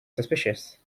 suspicious